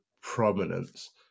prominence